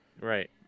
Right